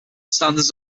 standards